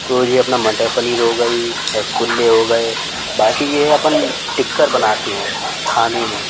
तो ये अपना मटर पनीर हो गई रसगुल्ले हो गए बाक़ी ये अपन टिक्कर बनाते हैं खाने में